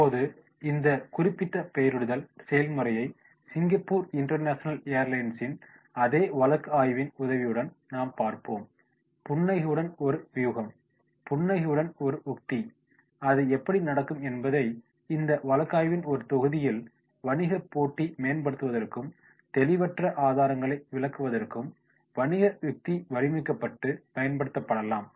இப்போது இந்த குறிப்பிட்ட பெயரிடுதல் செயல்முறையை சிங்கப்பூர் இன்டர்நேஷனல் ஏர்லைன்ஸின் அதே வழக்கு ஆய்வின் உதவியுடன் நாம் பார்ப்போம் புன்னகையுடன் ஒரு வியூகம் புன்னகையுடன் உத்தி அது எப்படி நடக்கும் என்பதை இந்த வழக்காய்வின் ஒரு தொகுதியில் வணிக போட்டி மேன்படுவதற்கும் தெளிவற்ற ஆதாரங்களை விளக்குவதற்கும் வணிக யுக்தி வடிவமைக்கப்பட்டு பயன்படுத்தப்படலாம்